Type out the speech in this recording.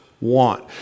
want